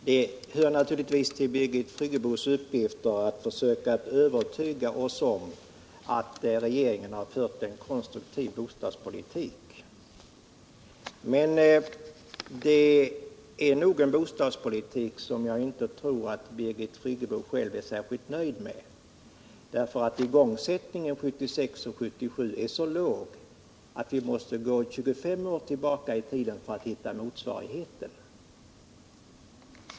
Herr talman! Det hör naturligtivis till Birgit Friggebos uppgifter att försöka övertyga oss om att regeringen fört en konstruktiv bostadspolitik. Men det är nog en bostadspolitik som jag inte tror att Birgit Friggebo själv är särskilt nöjd med. Igångsättningen 1976 och 1977 är så låg att vi måste gå 25 år tillbaka i tiden för att hitta dess motsvarighet.